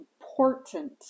important